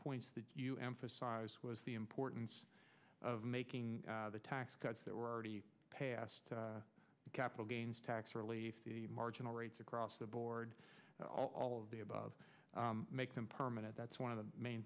points that you emphasize was the importance of making the tax cuts that were already passed capital gains tax relief the marginal rates across the board all of the above make them permanent that's one of the main